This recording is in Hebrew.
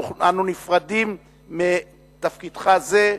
שאנו נפרדים ממך בתפקידך זה,